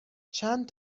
چند